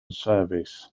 service